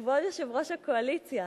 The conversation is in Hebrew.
כבוד יושב-ראש הקואליציה,